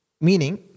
Meaning